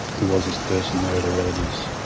who was this person? where are their relatives?